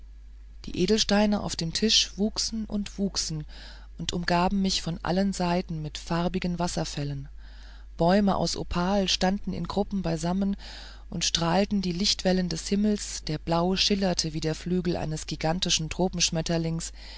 die edelsteine auf dem tisch wuchsen und wuchsen und umgaben mich von allen seiten mit farbigen wasserfällen bäume aus opal standen in gruppen beisammen und strahlten die lichtwellen des himmels der blau schillerte wie der flügel eines gigantischen